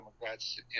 Democrats